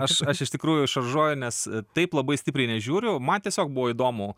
aš aš iš tikrųjų šaržuoju nes taip labai stipriai nežiūriu man tiesiog buvo įdomu